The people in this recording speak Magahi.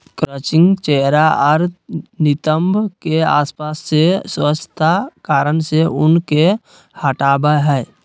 क्रचिंग चेहरा आर नितंब के आसपास से स्वच्छता कारण से ऊन के हटावय हइ